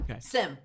Sim